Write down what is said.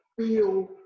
feel